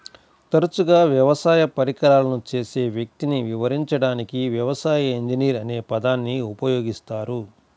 తరచుగా వ్యవసాయ పరికరాలను చేసే వ్యక్తిని వివరించడానికి వ్యవసాయ ఇంజనీర్ అనే పదాన్ని ఉపయోగిస్తారు